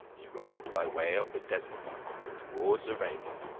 he rode by way of the desert towards arabia